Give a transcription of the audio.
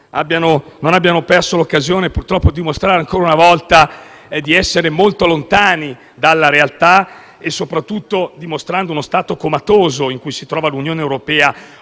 non abbiano perso l'occasione di mostrare ancora una volta di essere molto lontani dalla realtà, dimostrando soprattutto lo stato comatoso in cui si trova l'Unione europea